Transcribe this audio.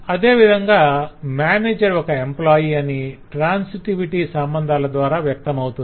అదేవిధంగా మేనేజర్ ఒక ఎంప్లాయ్ అని ట్రాన్సిటివిటి సంబంధాల ద్వార వ్యక్తమవుతుంది